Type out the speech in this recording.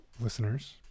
listeners